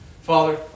Father